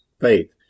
faith